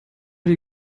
die